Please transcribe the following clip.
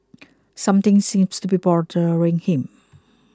something seems to be bothering him